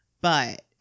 But-